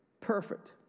perfect